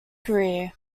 career